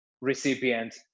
recipient